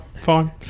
fine